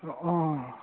অঁ